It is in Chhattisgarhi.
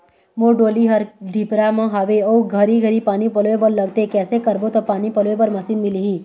मोर डोली हर डिपरा म हावे अऊ घरी घरी पानी पलोए बर लगथे कैसे करबो त पानी पलोए बर मशीन मिलही?